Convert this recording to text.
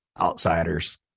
outsiders